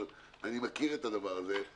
אבל אני מכיר את הדבר הזה.